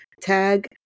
tag